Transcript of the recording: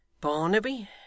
Barnaby